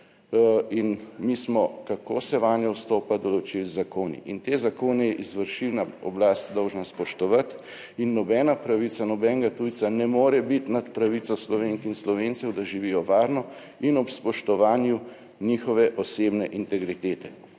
in mi smo, kako se vanje vstopa, določili zakoni in te zakone je izvršilna oblast dolžna spoštovati in nobena pravica nobenega tujca ne more biti nad pravico Slovenk in Slovencev, da živijo varno in ob spoštovanju njihove osebne integritete.